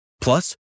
Plus